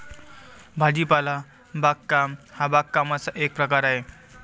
भाजीपाला बागकाम हा बागकामाचा एक प्रकार आहे